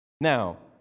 Now